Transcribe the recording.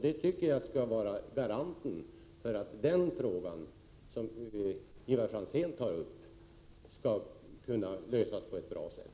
Det tycker jag skall vara garanten för att den fråga som Ivar Franzén tar upp skall kunna lösas på ett bra sätt.